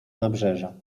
nabrzeża